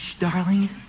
darling